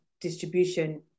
distribution